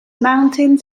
mountains